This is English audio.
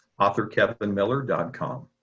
Authorkevinmiller.com